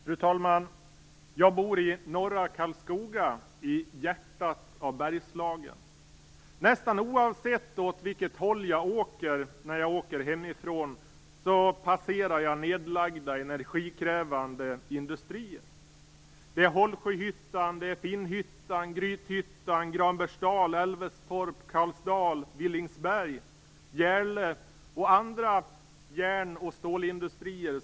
Fru talman! Jag bor i norra Karlskoga i hjärtat av Bergslagen. Nästan oavsett vilket håll jag åker när jag åker hemifrån passerar jag nedlagda energikrävande industrier. Det är Hållsjöhyttan. Det är Finnhyttan, talen.